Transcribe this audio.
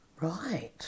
Right